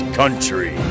country